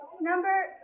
Number